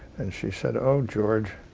and she said, oh george,